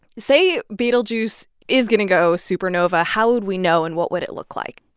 say betelgeuse is going to go supernova. how would we know, and what would it look like?